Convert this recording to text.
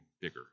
bigger